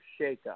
shakeup